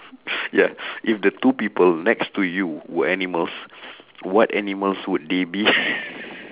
ya if the two people next to you were animals what animals would they be